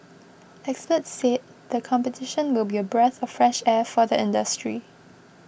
experts said the competition will be a breath of fresh air for the industry